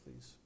please